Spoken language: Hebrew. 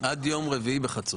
עד יום רביעי בחצות.